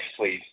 please